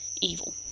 evil